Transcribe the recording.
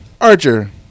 Archer